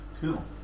Cool